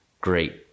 great